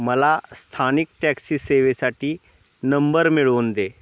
मला स्थानिक टॅक्सी सेवेसाठी नंबर मिळवून दे